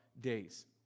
days